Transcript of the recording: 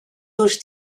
durch